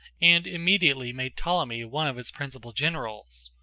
and immediately made ptolemy one of his principal generals.